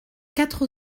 quatre